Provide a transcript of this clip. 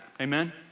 amen